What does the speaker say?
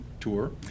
tour